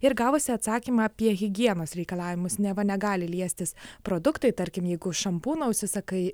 ir gavusi atsakymą apie higienos reikalavimus neva negali liestis produktai tarkim jeigu šampūno užsisakai